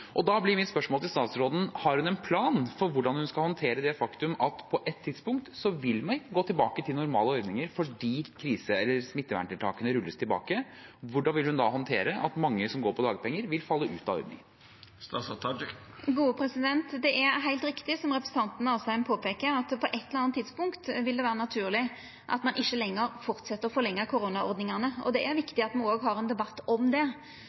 Da blir mitt spørsmål til statsråden: Har hun en plan for hvordan hun skal håndtere det faktum at på ett tidspunkt vil vi gå tilbake til normale ordninger fordi smitteverntiltakene rulles tilbake? Hvordan vil hun da håndtere at mange som går på dagpenger, vil falle ut av ordningen? Det er heilt riktig, som representanten Asheim påpeiker, at på eitt eller anna tidspunkt vil det vera naturleg at ein ikkje lenger held fram med å forlengja koronaordningane. Det er viktig at me òg har ein debatt om det,